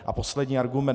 A poslední argument.